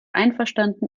einverstanden